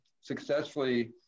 successfully